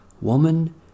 Woman